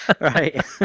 Right